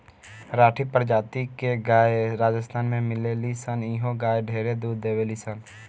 राठी प्रजाति के गाय राजस्थान में मिलेली सन इहो गाय ढेरे दूध देवेली सन